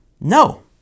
No